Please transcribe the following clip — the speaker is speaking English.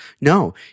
no